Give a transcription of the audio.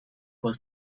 was